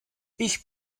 ich